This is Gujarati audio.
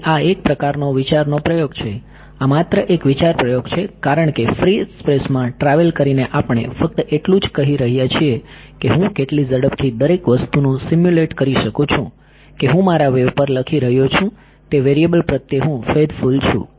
તેથી આ એક પ્રકારનો વિચારનો પ્રયોગ છે આ માત્ર એક વિચાર પ્રયોગ છે કારણ કે ફ્રી સ્પેસમાં ટ્રાવેલ કરીને આપણે ફક્ત એટલું જ કહી રહ્યા છીએ કે હું કેટલી ઝડપથી દરેક વસ્તુનું સિમ્યુલેટ કરી શકું છું કે હું મારા વેવ પર લખી રહ્યો છું તે વેરીએબલ પ્રત્યે હું ફૈધફુલ છું